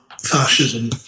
fascism